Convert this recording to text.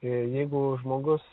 ir jeigu žmogus